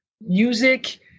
music